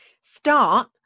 start